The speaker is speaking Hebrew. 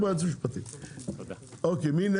6 עד 27. מי בעד 6 עד 27?